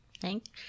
Thanks